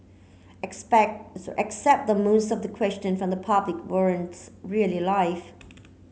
expect except that most of the question from the public weren't really live